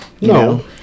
No